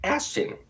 Ashton